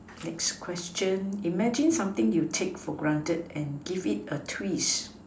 next question imagine something you take for granted and give it a twist